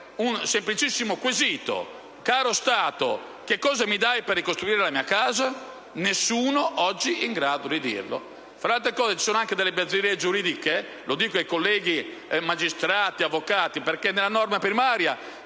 un semplicissimo quesito: caro Stato, che cosa mi dai per ricostruire la mia casa?. Nessuno oggi è in grado di dirlo. Fra le altre cose, ci sono anche delle incongruenze giuridiche (lo dico ai colleghi avvocati e magistrati), perché nella norma primaria